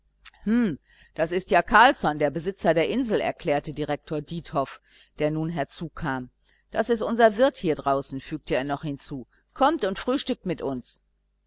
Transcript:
das ist ja carlsson der besitzer der insel erklärte direktor diethoff der nun herzukam das ist unser wirt hier draußen fügte er noch hinzu kommt und frühstückt mit uns